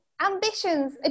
ambitions